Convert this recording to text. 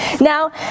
Now